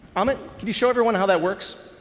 amit, can you show everyone how that works?